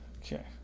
Okay